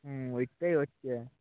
হুম ওইটাই হচ্ছে